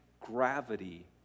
gravity